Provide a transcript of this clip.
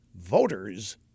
Voters